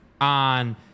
on